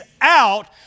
out